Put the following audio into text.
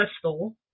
crystal